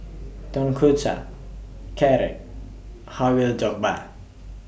Tonkatsu Carrot Halwa Jokbal